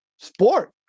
sport